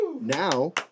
Now